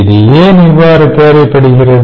இது ஏன் இவ்வாறு தேவைப்படுகிறது